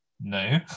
No